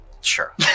Sure